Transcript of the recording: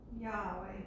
Yahweh